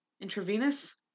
intravenous